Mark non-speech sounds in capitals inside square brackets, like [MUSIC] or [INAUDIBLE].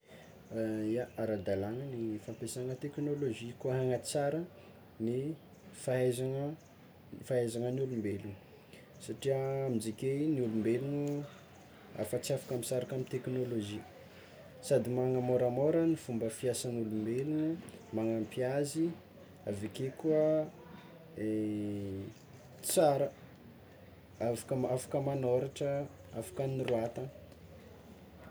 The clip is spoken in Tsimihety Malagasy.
[HESITATION] Ia ara-dalagna ny fampiasana teknôlôjia koa hagnatsara ny fahaizana fahaizanan'ny olombelogno satria amin'izy akeo igny olombelogno afa tsy afaka misaraka amy teknôlôjia sady manamôramôra fomba fiasan'olombelo, magnampy azy, aveke koa tsara afaka afaka magnoratra afaka anoratana.